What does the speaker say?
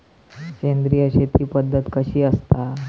सेंद्रिय शेती पद्धत कशी असता?